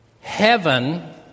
Heaven